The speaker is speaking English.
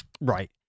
Right